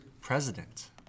president